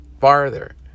Farther